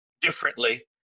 differently